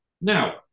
Now